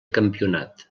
campionat